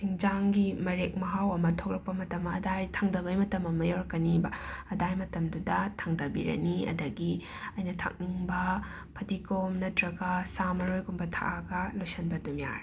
ꯍꯤꯟꯖꯥꯡꯒꯤ ꯃꯔꯦꯛ ꯃꯍꯥꯎ ꯑꯃ ꯊꯣꯛꯂꯛꯄ ꯃꯇꯝ ꯑꯗꯥꯏ ꯊꯥꯡꯗꯕꯩ ꯃꯇꯝ ꯑꯃ ꯌꯧꯔꯛꯀꯅꯦꯕ ꯑꯗꯥꯏ ꯃꯇꯝꯗꯨꯗ ꯊꯥꯡꯗꯕꯤꯔꯅꯤ ꯑꯗꯒꯤ ꯑꯩꯅ ꯊꯥꯛꯅꯤꯡꯕ ꯐꯗꯤꯒꯣꯝ ꯅꯠꯇ꯭ꯔꯒ ꯁꯥ ꯃꯔꯣꯏꯒꯨꯝꯕ ꯊꯥꯛꯑꯒ ꯂꯣꯏꯁꯟꯕ ꯑꯗꯨꯝ ꯌꯥꯔꯦ